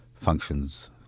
functions